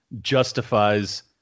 justifies